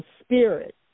spirit